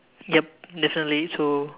yup definitely so